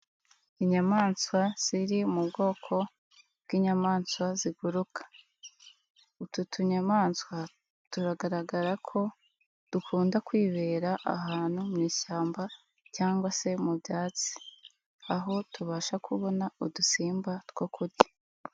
Inyamaswa ziri mu bwoko bw'inyamaswa ziguruka, utu tunyamaswa turagaragara ko dukunda kwibera ahantu mu ishyamba, cyangwa se mu byatsi aho tubasha kubona udusimba two kurya.